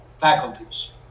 faculties